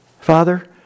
Father